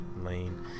Lane